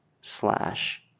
slash